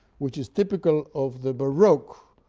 which is typical of the baroque,